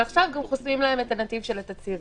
ועכשיו גם חוסמים להם את הנתיב של התצהירים.